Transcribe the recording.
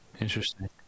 Interesting